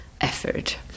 effort